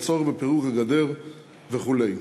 בצורך בפירוק הגדר וכדומה.